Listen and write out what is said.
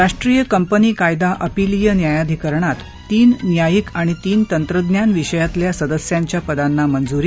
राष्ट्रीय कंपनी कायदा अपीलीय न्यायाधिकरणात तीन न्यायिक आणि तीन तंत्रज्ञान विषयातल्या सदस्याच्या पदांना मंजूरी